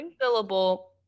syllable